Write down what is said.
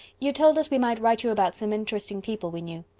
you told us we might write you about some interesting people we knew.